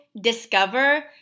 discover